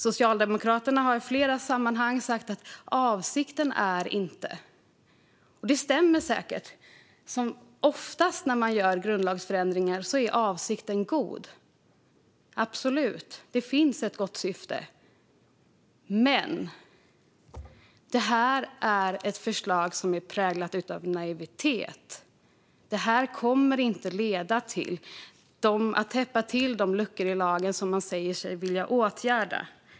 Socialdemokraterna har i flera sammanhang sagt att avsikten inte är det. Det stämmer säkert. Oftast när man gör grundlagsändringar är avsikten god. Det finns absolut ett gott syfte. Men det här är ett förslag som är präglat av naivitet. Det kommer inte att leda till att man täpper till de luckor i lagen som man säger sig vilja åtgärda.